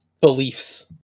beliefs